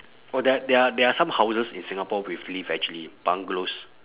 oh there are there are there are some houses in singapore with lift actually bungalows